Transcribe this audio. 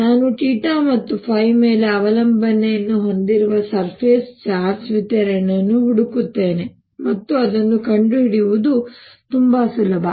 ನಾನು θ ಮತ್ತು ϕ ಮೇಲೆ ಅವಲಂಬನೆಯನ್ನು ಹೊಂದಿರುವ ಸರ್ಫೆಸ್ ಚಾರ್ಜ್ ವಿತರಣೆಯನ್ನು ಹುಡುಕುತ್ತೇನೆ ಮತ್ತು ಅದನ್ನು ಕಂಡುಹಿಡಿಯುವುದು ತುಂಬಾ ಸುಲಭ